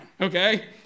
okay